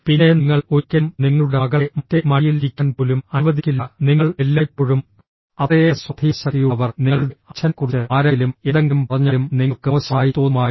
പിന്നെ നിങ്ങൾ ഒരിക്കലും നിങ്ങളുടെ മകളെ മറ്റേ മടിയിൽ ഇരിക്കാൻ പോലും അനുവദിക്കില്ല നിങ്ങൾ എല്ലായ്പ്പോഴും അത്രയേറെ സ്വാധീനശക്തിയുള്ളവർ നിങ്ങളുടെ അച്ഛനെക്കുറിച്ച് ആരെങ്കിലും എന്തെങ്കിലും പറഞ്ഞാലും നിങ്ങൾക്ക് മോശമായി തോന്നുമായിരുന്നു